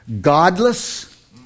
godless